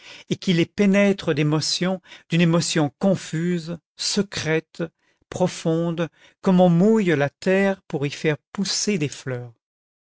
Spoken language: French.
et qui les pénètre d'émotion d'une émotion confuse secrète profonde comme on mouille la terre pour y faire pousser des fleurs